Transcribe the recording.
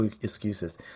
excuses